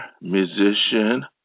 musician